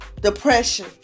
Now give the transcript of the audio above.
Depression